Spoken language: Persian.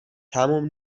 تموم